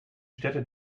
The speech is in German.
städte